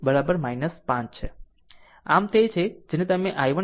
આમ આ તે છે આ તે છે કે જેને તમે i1 i2 5 છે